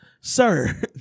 Sir